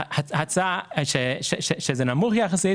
ההצעה נמוכה יחסית